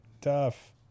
Tough